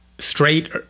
straight